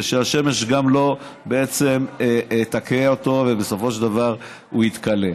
ושהשמש גם לא תכהה אותו ובסופו של דבר הוא יתכלה.